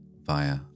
via